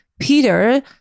Peter